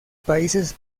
países